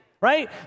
right